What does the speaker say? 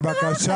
מה קרה לכם?